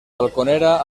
balconera